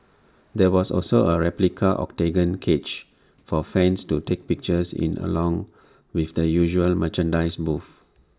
there was also A replica Octagon cage for fans to take pictures in along with the usual merchandise booths